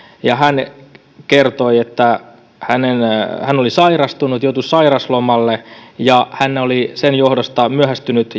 ja hän kertoi että hän oli sairastunut joutui sairauslomalle ja oli sen johdosta myöhästynyt